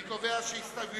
אני קובע שהסתייגויות